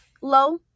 low